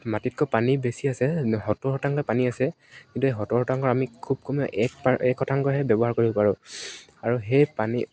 মাটিতকৈ পানী বেছি আছে সত্তৰ শতাংশ পানী আছে কিন্তু সেই সত্তৰ শতাংশ আমি খুব কমেও এক পাৰ এক শতাংশে ব্যৱহাৰ কৰিব পাৰোঁ আৰু সেই পানী